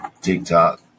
TikTok